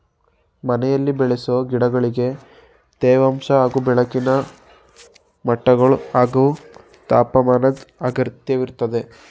ಮನೆಲಿ ಬೆಳೆಸೊ ಗಿಡಗಳಿಗೆ ತೇವಾಂಶ ಹಾಗೂ ಬೆಳಕಿನ ಮಟ್ಟಗಳು ಹಾಗೂ ತಾಪಮಾನದ್ ಅಗತ್ಯವಿರ್ತದೆ